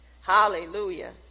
Hallelujah